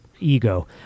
ego